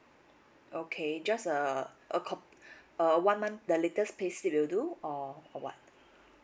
okay just a a cop~ a one month the latest pay slip will do or or what